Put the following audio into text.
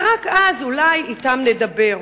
ורק אז אולי אתם נדבר.